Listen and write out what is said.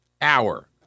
hour